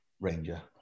ranger